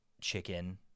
chicken